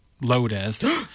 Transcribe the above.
Lotus